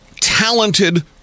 talented